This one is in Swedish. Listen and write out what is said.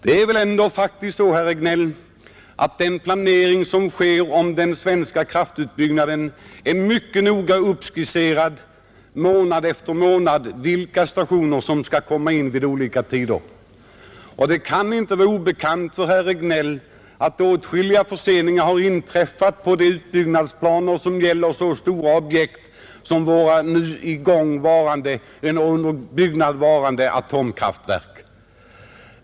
Det är väl ändå så, herr Regnéll, att det i planeringen för den svenska kraftutbyggnaden noga skisseras månad för månad vilka stationer som beräknas bli färdiga. Det kan inte heller vara obekant för herr Regnéll att åtskilliga förseningar har inträffat i de utbyggnadsplaner som avser så stora objekt som de atomkraftverk vilka nu är i gång eller under byggnad.